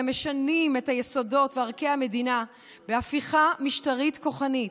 משנים את היסודות וערכי המדינה בהפיכה משטרית כוחנית,